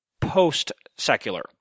post-secular